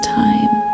time